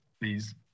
Please